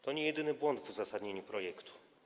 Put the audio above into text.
To niejedyny błąd w uzasadnieniu projektu.